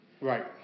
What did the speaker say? Right